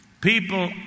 people